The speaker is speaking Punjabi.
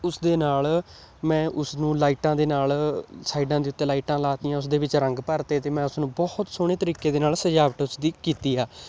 ਉਸ ਦੇ ਨਾਲ ਮੈਂ ਉਸਨੂੰ ਲਾਈਟਾਂ ਦੇ ਨਾਲ ਸਾਈਡਾਂ ਦੇ ਉੱਤੇ ਲਾਈਟਾਂ ਲਾ ਤੀਆਂ ਉਸਦੇ ਵਿੱਚ ਰੰਗ ਭਰਤੇ ਅਤੇ ਮੈਂ ਉਸ ਨੂੰ ਬਹੁਤ ਸੋਹਣੇ ਤਰੀਕੇ ਦੇ ਨਾਲ ਸਜਾਵਟ ਉਸਦੀ ਕੀਤੀ ਆ ਅਤੇ